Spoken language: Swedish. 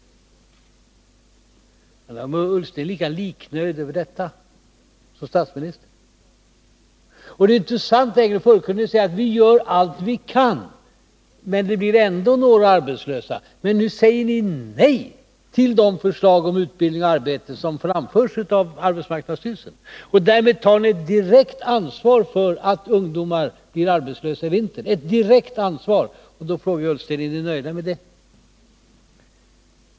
Jag undrar om Ola Ullsten är lika liknöjd inför detta som statsministern. Och det intressanta är ju att ni förr kunde säga att ni gör allt ni kan men det blir ändå några arbetslösa. Men nu säger ni nej till de förslag om utbildning och arbete som framförs av arbetsmarknadsstyrelsen, och därmed tar ni direkt ansvar för att ungdomar blir arbetslösa i vinter. Då frågar vi Ola Ullsten: Är ni nöjda med det?